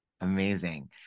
amazing